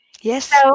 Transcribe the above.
Yes